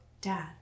Dad